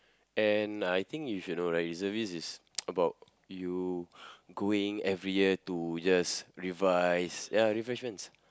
and I think you should know right reservist is about you going every year to just revise ya refreshments